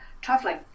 traveling